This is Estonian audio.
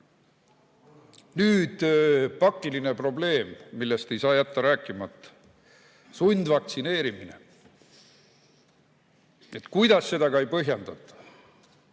pakiline probleem, millest ei saa jätta rääkimata. Sundvaktsineerimine. Kuidas seda ka ei põhjendata,